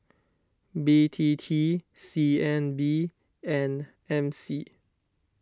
B T T C N B and M C